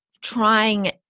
trying